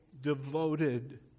devoted